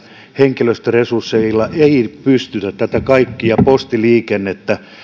henkilöstöresursseilla ei pystytä hoitamaan tätä kaikkea postiliikennettä